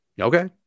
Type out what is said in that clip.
Okay